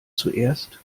zuerst